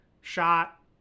shot